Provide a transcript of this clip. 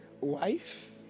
wife